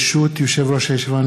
ברשות יושב-ראש הישיבה,